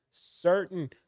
certain